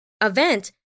event